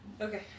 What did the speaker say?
okay